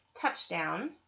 touchdown